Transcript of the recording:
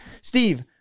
Steve